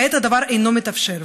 כעת הדבר אינו מתאפשר,